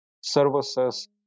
services